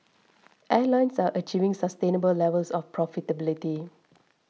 airlines are achieving sustainable levels of profitability